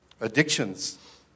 addictions